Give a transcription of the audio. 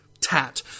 tat